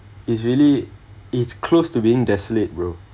it's really it's close to being desolate bro